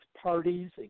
parties